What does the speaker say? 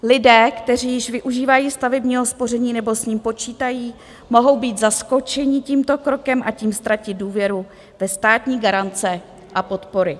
Lidé, kteří již využívají stavebního spoření nebo s ním počítají, mohou být zaskočeni tímto krokem a tím ztratit důvěru ve státní garance a podpory.